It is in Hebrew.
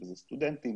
שזה סטודנטים,